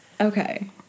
Okay